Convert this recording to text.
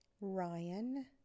Ryan